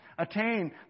attain